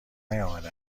نیامده